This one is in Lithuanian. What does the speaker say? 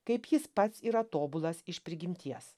kaip jis pats yra tobulas iš prigimties